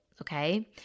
okay